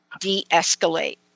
de-escalate